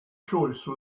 choice